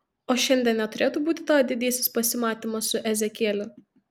o šiandien neturėtų būti tavo didysis pasimatymas su ezekieliu